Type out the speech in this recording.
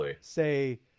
say